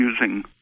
using